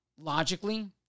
logically